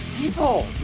People